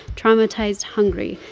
traumatized, hungry,